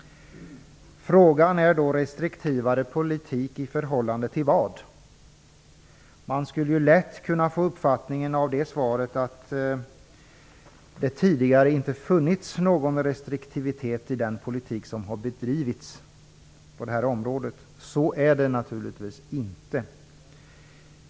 Frågan är då: restriktivare politik i förhållande till vad? Man skulle lätt kunna få uppfattningen av svaret att det tidigare inte bedrivits någon restriktiv politik på detta område. Så är det naturligtvis inte.